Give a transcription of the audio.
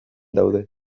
daude